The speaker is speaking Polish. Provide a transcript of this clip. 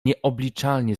nieobliczalnie